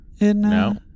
No